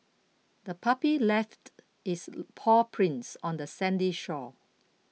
the puppy left its paw prints on the sandy shore